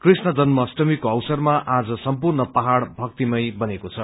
कृष्ण जन्म अष्टमीको अवसरमा आज सर्म्पूण पाहाड़ भक्तिभाव बनेको छ